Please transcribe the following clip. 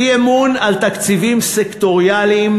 אי-אמון על תקציבים סקטוריאליים,